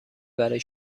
برای